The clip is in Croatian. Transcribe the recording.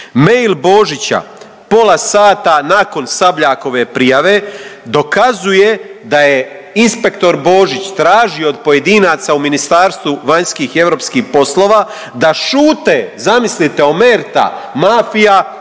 Mail Božića pola sata nakon Sabljakove prijave dokazuje da je inspektor Božić tražio od pojedinaca u Ministarstvu vanjskih i europskih poslova da šute, zamislite omerta, mafija,